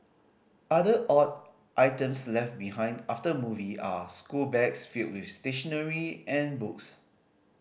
other odd items left behind after a movie are schoolbags filled with stationery and books